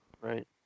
right